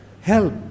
Help